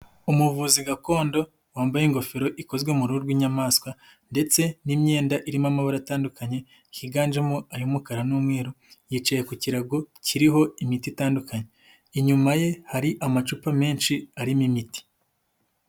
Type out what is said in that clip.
Umuvuzi gakondo wambaye ingofero ikozwe mu ruhu rw'inyamaswa ndetse n'imyenda irimo amabara atandukanye higanjemo ay'umukara n'umweru, yicaye ku kirago kiriho imiti itandukanye, inyuma ye hari amacupa menshi arimo imiti.